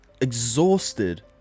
exhausted